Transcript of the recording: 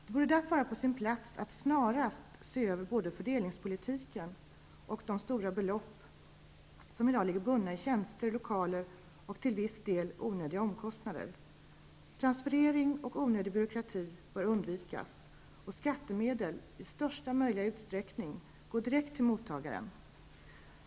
Det borde därför vara på sin plats att snarast se över både fördelningspolitiken och de stora belopp som i dag ligger bundna i tjänster, lokaler och till viss del onödiga omkostnader. Transferering och onödig byråkrati bör undvikas och skattemedel i största möjliga utsträckning gå direkt till mottagaren.